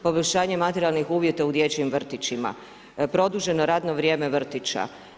Poboljšanje materijalnih uvjeta u dječjim vrtićima, produženo radno vrijeme vrtića.